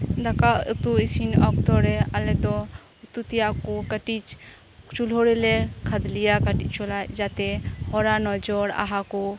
ᱫᱟᱠᱟ ᱩᱛᱩ ᱤᱥᱤᱱ ᱚᱠᱛᱚ ᱨᱮ ᱟᱞᱮ ᱫᱚ ᱩᱛᱩ ᱛᱮᱭᱟᱜ ᱠᱚ ᱠᱟᱴᱤᱡᱽ ᱪᱩᱞᱦᱟᱹ ᱨᱮᱞᱮ ᱠᱷᱟᱫᱽᱞᱮᱭᱟ ᱠᱟᱴᱤᱡ ᱪᱚᱞᱟᱡ ᱡᱟᱛᱮ ᱦᱚᱲᱟᱜ ᱱᱚᱡᱚᱨ ᱟᱦᱟ ᱠᱚ